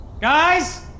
Guys